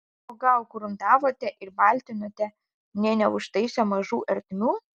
o gal gruntavote ir baltinote nė neužtaisę mažų ertmių